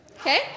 Okay